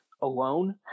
alone